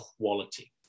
quality